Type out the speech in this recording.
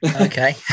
Okay